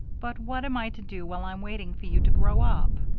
but what am i to do while i'm waiting for you to grow up?